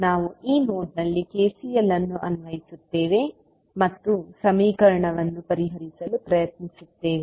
ನಾವು ಈ ನೋಡ್ನಲ್ಲಿ KCL ಅನ್ನು ಅನ್ವಯಿಸುತ್ತೇವೆ ಮತ್ತು ಸಮೀಕರಣವನ್ನು ಪರಿಹರಿಸಲು ಪ್ರಯತ್ನಿಸುತ್ತೇವೆ